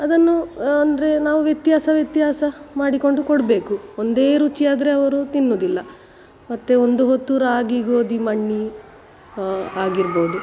ಅದನ್ನು ಅಂದರೆ ನಾವು ವ್ಯತ್ಯಾಸ ವ್ಯತ್ಯಾಸ ಮಾಡಿಕೊಂಡು ಕೊಡಬೇಕು ಒಂದೇ ರುಚಿ ಆದರೆ ಅವರು ತಿನ್ನುವುದಿಲ್ಲ ಮತ್ತು ಒಂದು ಹೊತ್ತು ರಾಗಿ ಗೋಧಿ ಮಣ್ಣಿ ಆಗಿರ್ಬೌದು